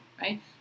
right